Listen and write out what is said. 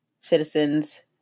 citizens